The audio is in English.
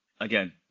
again